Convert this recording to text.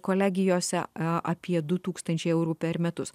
kolegijose apie du tūkstančiai eurų per metus